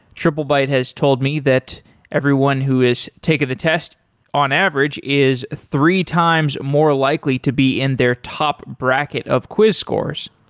triplebyte has told me that everyone who has taken the test on average is three times more likely to be in their top bracket of quiz course.